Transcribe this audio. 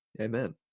Amen